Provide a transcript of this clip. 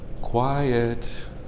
Quiet